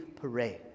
parade